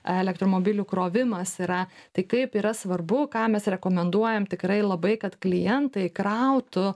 elektromobilių krovimas yra tai kaip yra svarbu ką mes rekomenduojam tikrai labai kad klientai krautų